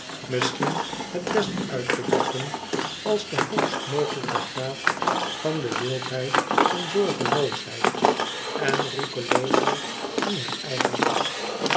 misschien het best uit te drukken als de hoogst mogelijke graad van de wildheid en zorgeloosheid en roekeloosheid die hem eigen was